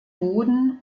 boden